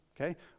okay